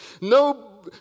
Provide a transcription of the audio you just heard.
no